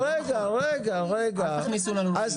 אל תכניסו לנו מילים.